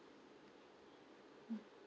mm